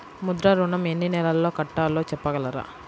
ముద్ర ఋణం ఎన్ని నెలల్లో కట్టలో చెప్పగలరా?